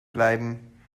bleiben